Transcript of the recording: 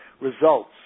results